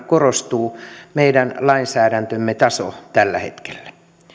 korostuu meidän lainsäädäntömme taso tällä hetkellä